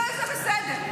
זה בסדר.